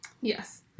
yes